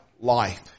life